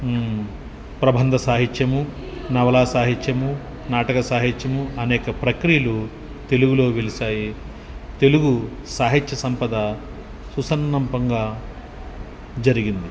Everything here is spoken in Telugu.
ప్రభంధ సాహిత్యము నవలా సాహిత్యము నాటక సాహిత్యము అనేక ప్రక్రియలు తెలుగులో వెలిసాయి తెలుగు సాహిత్య సంపద సుసంపన్నంగా జరిగింది